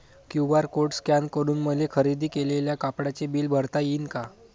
QR code scan करून मले खरेदी केलेल्या कापडाचे बिल भरता यीन का?